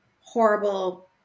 horrible